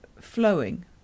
flowing